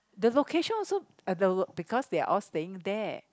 the location also uh the because they are all staying there